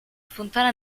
fontana